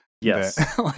Yes